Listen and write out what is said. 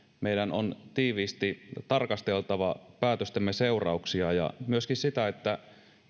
että meidän on tiiviisti tarkasteltava päätöstemme seurauksia ja myöskin sitä että